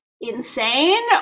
insane